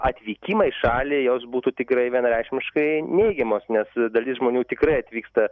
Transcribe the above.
atvykimą į šalį jos būtų tikrai vienareikšmiškai neigiamos nes dalis žmonių tikrai atvyksta